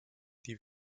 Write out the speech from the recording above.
die